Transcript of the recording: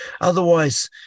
Otherwise